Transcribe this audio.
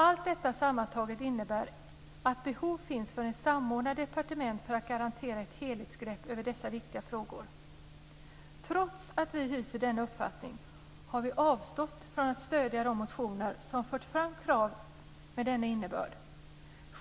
Allt detta sammantaget innebär att behov finns för ett samordnat departement för att garantera ett helhetsgrepp över dessa viktiga frågor. Trots att vi hyser denna uppfattning har vi avstått från att stödja de motioner som för fram krav med denna innebörd.